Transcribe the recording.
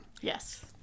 Yes